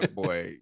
boy